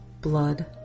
blood